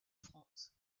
france